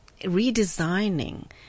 redesigning